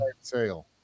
sale